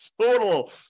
total